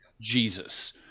Jesus